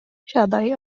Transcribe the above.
siadaj